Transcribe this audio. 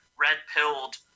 red-pilled